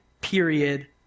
period